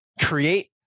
create